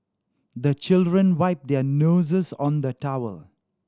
the children wipe their noses on the towel